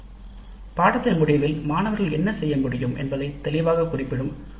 பாடநெறி முடிவுகள் தெளிவாக பாடநெறியின் முடிவில் மாணவர் என்ன செய்ய முடியும் என்பதைக் குறிக்கின்றன